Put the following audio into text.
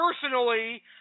Personally